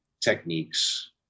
techniques